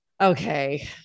okay